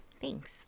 Thanks